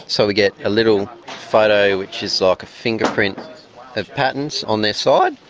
so we get a little photo which is like a fingerprint of patterns on their side,